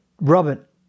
Robert